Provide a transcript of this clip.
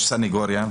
יש סניגוריה,